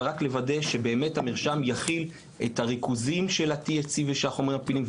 ולוודא שהמרשם יחיל את הריכוזים של ה-THC ושל החומרים הפעילים,